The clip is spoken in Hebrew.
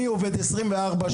אני עובד 24/7,